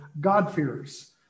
God-fearers